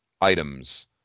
items